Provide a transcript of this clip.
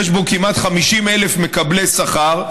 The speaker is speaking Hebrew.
יש בו כמעט 50,000 מקבלי שכר,